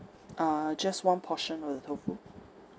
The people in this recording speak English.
uh just one portion for the tofu